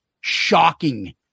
Shocking